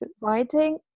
writing